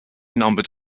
numbered